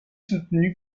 soutenu